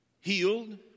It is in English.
Healed